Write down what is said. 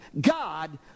God